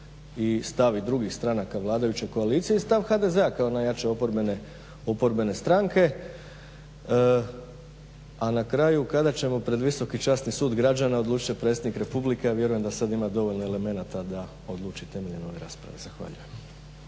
i stav i drugih stranaka vladajuće koalicije i stav HDZ-a kako najjače oporbene stranke. A na kraju kada ćemo pred visoki časni sud građana odlučit će predsjednik republike, a vjerujem da sada ima dovoljno elemenata da oduči temeljem ove rasprave. Zahvaljujem.